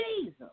Jesus